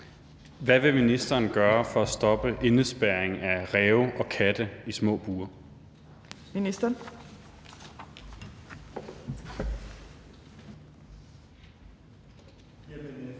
Hvad vil ministeren gøre for at stoppe indespærring af ræve og katte i små bure? Kl. 15:14 Tredje næstformand